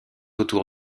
autour